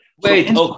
Wait